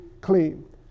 clean